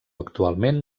actualment